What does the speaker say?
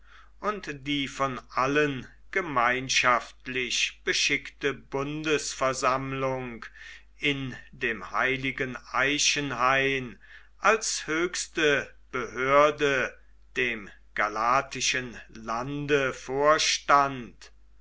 und die von allen gemeinschaftlich beschickte bundesversammlung in dem heiligen eichenhain als höchste behörde dem galatischen lande vorstand